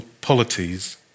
polities